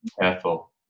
Careful